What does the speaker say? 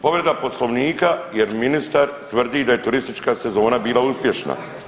Povreda Poslovnika jer ministar tvrdi da je turistička sezona bila uspješna.